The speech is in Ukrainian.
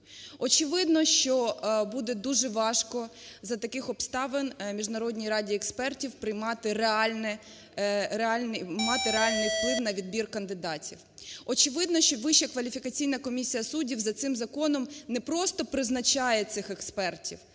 Очевидно, що буде дуже важко за таких обставин Міжнародній раді експертів мати реальний вплив на відбір кандидатів. Очевидно, що Вища кваліфікаційна комісія суддів за цим законом не просто призначає цих експертів,